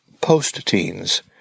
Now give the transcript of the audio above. post-teens